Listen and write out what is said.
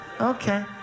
okay